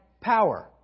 power